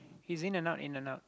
he's in and out in and out